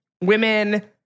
women